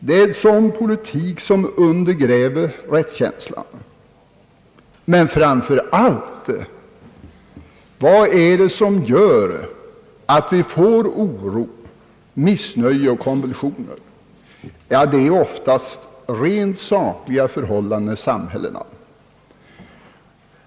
Det är sådan politik som undergräver rättskänslan. Men framför allt: Vad är det som gör att vi får oro, missnöje och konvulsioner? Det är ofta rent faktiska förhållanden i samhällena.